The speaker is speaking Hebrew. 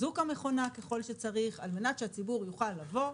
תחזוק המכונה ככל שצריך כדי שהציבור יוכל לבוא,